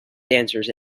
dancers